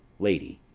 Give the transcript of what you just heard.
lady.